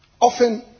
Often